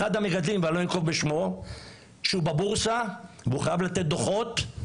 אחד המגדלים שהוא בבורסה וחייב לתת דוחות,